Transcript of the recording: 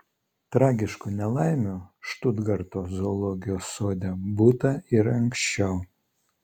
tragiškų nelaimių štutgarto zoologijos sode būta ir anksčiau